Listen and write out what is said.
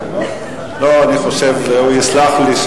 אני חושב שהוא יסלח לי.